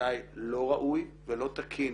בעיניי לחץ לא ראוי ולא תקין